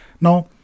Now